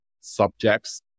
subjects